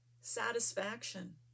satisfaction